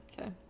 Okay